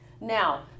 Now